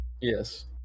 Yes